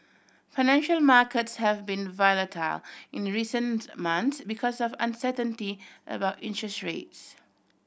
financial markets have been volatile in recent months because of uncertainty about interest rates